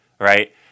right